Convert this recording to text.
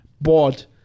bought